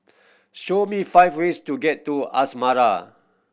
show me five ways to get to Asmara